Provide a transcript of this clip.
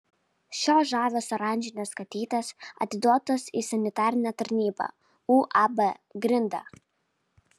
šios žavios oranžinės katytės atiduotos į sanitarinę tarnybą uab grinda